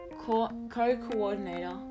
Co-Coordinator